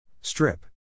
Strip